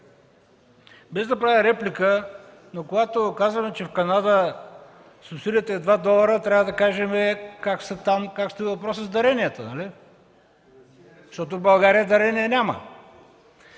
Без да правя реплика, но когато казваме, че в Канада субсидията е 2 долара, трябва да кажем как стои въпросът с даренията там, защото в България дарения няма!